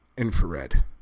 Infrared